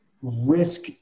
risk